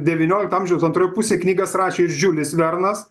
devyniolikto amžiaus antroj pusėj knygas rašė ir žiulis vernas